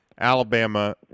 Alabama